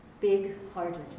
big-hearted